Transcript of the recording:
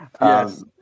Yes